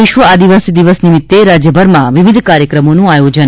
વિશ્વ આદિવાસી દિવસ નિમિત્તે રાજ્યભરમાં વિવિધ કાર્યક્રમોનું આયોજન